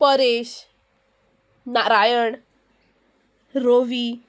Paresh Narayan रोवी